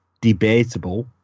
debatable